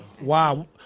wow